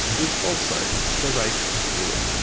is also the race steward.